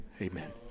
Amen